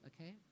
okay